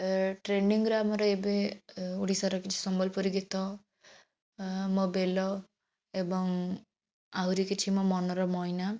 ଅ ଟ୍ରେଣ୍ଡିଂରେ ଆମର ଏବେ ଓଡ଼ିଶାର କିଛି ସମ୍ବଲପୁରୀ ଗୀତ ମୋ ବେଲ ଏବଂ ଆହୁରି କିଛି ମୋ ମନର ମଇନା